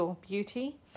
beauty